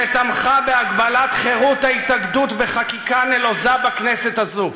שתמכה בהגבלת חירות ההתאגדות בחקיקה נלוזה בכנסת הזאת.